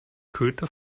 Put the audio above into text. köter